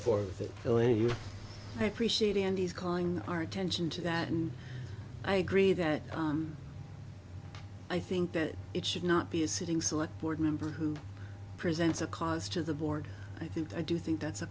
to you i appreciate andy's calling our attention to that and i agree that i think that it should not be a sitting select board member who presents a cause to the board i think i do think that's a